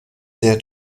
sehr